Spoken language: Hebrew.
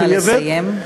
נא לסיים.